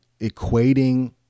equating